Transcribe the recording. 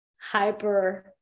hyper